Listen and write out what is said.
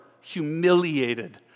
humiliated